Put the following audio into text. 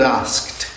asked